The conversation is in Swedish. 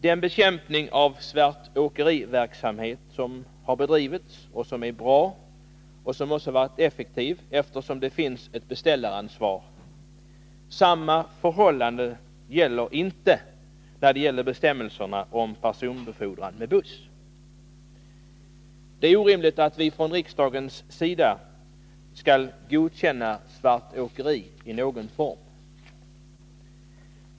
Den bekämpning av svart åkeriverksamhet som har bedrivits är bra, och den måste ha varit effektiv, eftersom det finns ett beställaransvar. Samma förhållande gäller inte bestämmelserna om personbefordrande buss. Det är orimligt att riksdagen skall godkänna svartåkeri i någon form.